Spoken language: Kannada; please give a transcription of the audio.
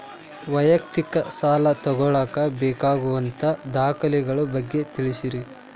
ವೈಯಕ್ತಿಕ ಸಾಲ ತಗೋಳಾಕ ಬೇಕಾಗುವಂಥ ದಾಖಲೆಗಳ ಬಗ್ಗೆ ತಿಳಸ್ರಿ